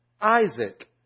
Isaac